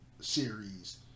series